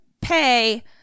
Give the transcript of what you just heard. pay